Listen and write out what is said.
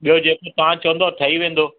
ॿियो जेको तव्हां चवंदो ठई वेंदो